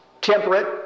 temperate